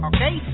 Okay